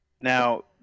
Now